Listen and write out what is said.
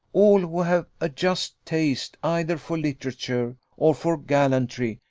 all who have a just taste either for literature or for gallantry,